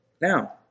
Now